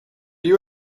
you